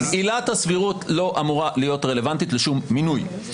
עילת הסבירות לא אמורה להיות רלוונטית לשום מינוי.